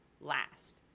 last